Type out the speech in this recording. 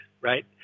right